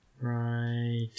Right